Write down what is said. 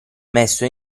messo